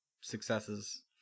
successes